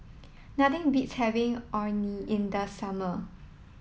nothing beats having Orh Nee in the summer